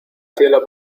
cielo